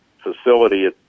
facility